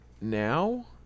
now